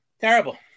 Terrible